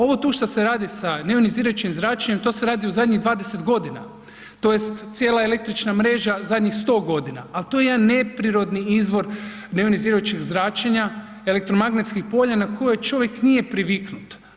Ovo tu šta se radi sa neionizirajućim zračenjem to se radi u zadnjih 20 godina, tj. cijela električna mrežna zadnjih 100 godina, ali to je jedan neprirodni izvor neionizirajućeg zračenja elektromagnetskih polja na koje čovjek nije priviknut.